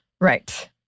Right